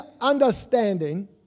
understanding